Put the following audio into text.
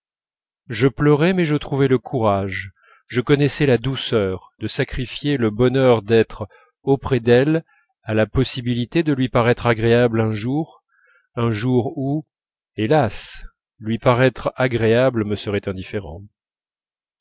je pleurais mais je trouvais le courage je connaissais la douceur de sacrifier le bonheur d'être auprès d'elle à la possibilité de lui paraître agréable un jour un jour où hélas lui paraître agréable me serait indifférent